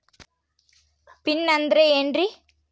Pin ಅಂದ್ರೆ ಏನ್ರಿ?